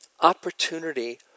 opportunity